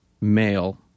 male